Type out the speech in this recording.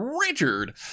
Richard